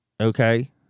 Okay